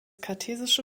kartesische